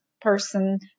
person